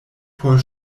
por